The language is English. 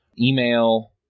email